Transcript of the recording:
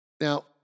Now